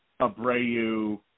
Abreu